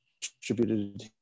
distributed